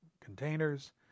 containers